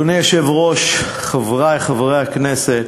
אדוני היושב-ראש, חברי חברי הכנסת,